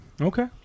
Okay